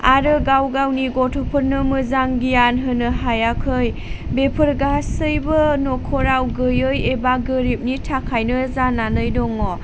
आरो गाव गावनि गथ'फोरनो मोजां गियान होनो हायाखै बेफोर गासैबो न'खराव गैयै एबा गोरिबनि थाखायनो जानानै दङ